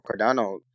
cardano